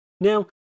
Now